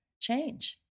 change